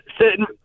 sitting